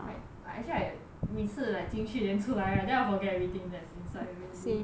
quite I actually I 每次 like 进去 then 出来 right then I'll forget everything that's inside already